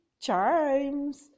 chimes